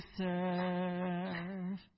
serve